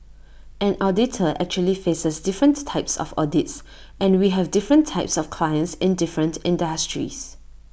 an auditor actually faces different types of audits and we have different types of clients in different industries